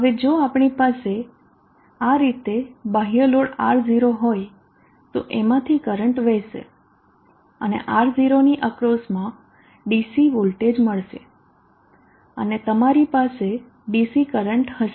હવે જો આપણી પાસે આ રીતે બાહ્ય લોડ R0 હોય તો એમાંથી કરંટ વહેશે અને R0 ની અક્રોસમાં DC વોલ્ટેજ મળશે અને તમારી પાસે DC કરંટ હશે